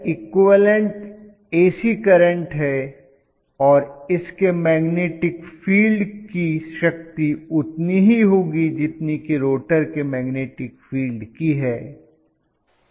तो If equivalent AC current है और इसके मैग्नेटिक फील्ड की शक्ति उतनी ही होगी जितनी की रोटर के मैग्नेटिक फील्ड की है